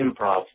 improv